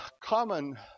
common